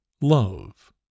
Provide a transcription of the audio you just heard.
Love